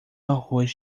arroz